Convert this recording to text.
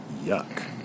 Yuck